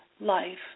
life